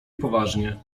poważnie